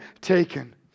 taken